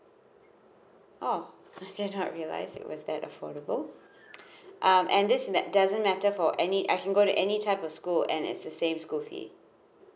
oh I did not realise it was that affordable um and this in that doesn't matter for any I can go to any type of school and it's the same school fee